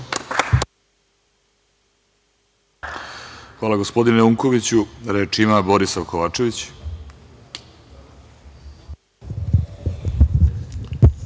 Hvala gospodine Unkoviću. Reč ima Borisav Kovačević.